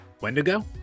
Wendigo